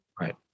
Right